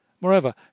Moreover